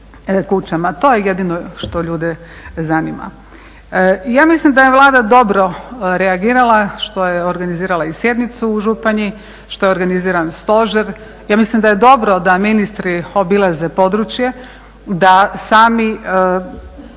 kućama. To je jedino što ljude zanima. Ja mislim da je Vlada dobro reagirala što je organizirala i sjednicu u Županji, što je organiziran stožer. Ja mislim da je dobro da ministri obilaze područje, da sami